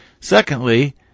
Secondly